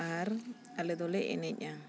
ᱟᱨ ᱟᱞᱮ ᱫᱚᱞᱮ ᱮᱱᱮᱡᱼᱟ